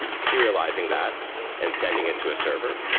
serializing that and sending it to a server.